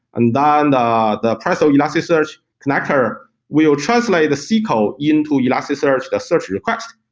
and the the presto elasticsearch connector will translate the sql into elasticsearch, the search request.